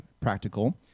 practical